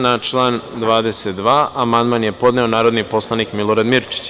Na član 22. amandman je podneo narodni poslanik Milorad Mirčić.